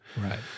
Right